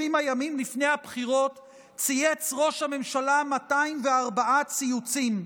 הימים לפני הבחירות צייץ ראש הממשלה 204 ציוצים,